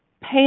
pay